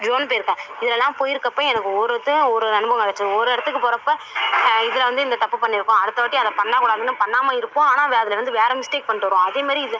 zone போய்ருக்கோம் இதுலல்லாம் போயிருக்கப்போ எனக்கு ஒரு இடத்து ஒரு அனுபவம் கிடச்சு ஒரு இடத்துக்கு போறப்போ இதில் வந்து இந்த தப்பு பண்ணிருக்கோம் அடுத்த வாட்டி அதை பண்ணக்கூடாதுன்னு பண்ணாமல் இருப்போம் ஆனால் வெ அதில் வந்து வேறு மிஸ்டேக் பண்ணிட்டு வருவோம் அதேமாரி இது